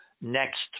next